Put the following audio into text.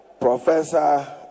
Professor